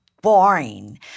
boring